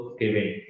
giving